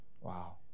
Wow